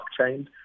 blockchain